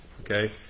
okay